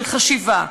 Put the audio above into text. של חשיבה,